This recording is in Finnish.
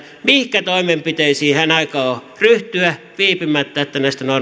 mihinkä toimenpiteisiin hän aikoo ryhtyä viipymättä että näistä